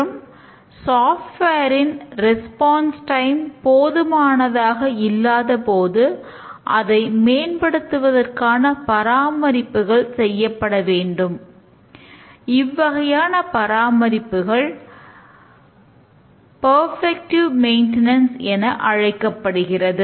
மற்றும் சாப்ட்வேர் என அழைக்கப்படுகிறது